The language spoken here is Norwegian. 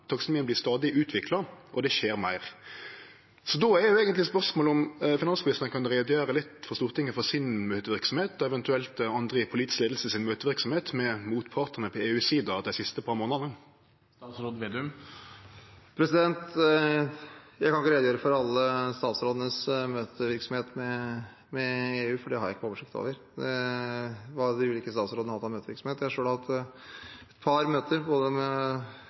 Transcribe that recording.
stadig utvikla, og det skjer meir. Då er eigentleg spørsmålet om finansministeren kan gjere litt greie for Stortinget for møteverksemda si, eventuelt møteverksemda til andre i politisk leiing, med motpartane på EU-sida dei siste par månadene. Jeg kan ikke redegjøre for alle statsrådenes møtevirksomhet med EU, for det har jeg ikke oversikt over, hva de ulike statsrådene har hatt av møtevirksomhet. Jeg har selv hatt et par møter,